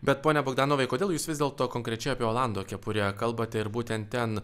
bet pone bogdanovai kodėl jūs vis dėlto konkrečiai apie olando kepurę kalbate ir būtent ten